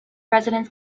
residents